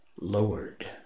lowered